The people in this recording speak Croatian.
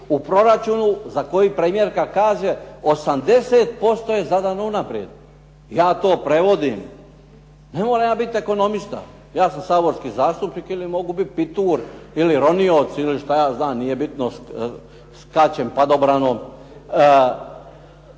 u proračunu za koji premijerka kaže 80% je zadano unaprijed. Ja to prevodim. Ne moram ja biti ekonomista. Ja sam saborski zastupnik ili mogu biti pitur ili ronioc, ili šta ja znam, nije bitno, skačem padobranom.